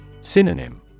Synonym